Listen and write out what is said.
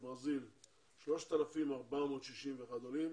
מברזיל 3,461 עולים,